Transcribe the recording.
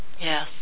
Yes